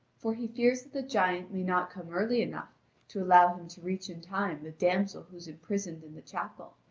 for he fears that the giant may not come early enough to allow him to reach in time the damsel who is imprisoned in the chapel.